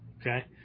Okay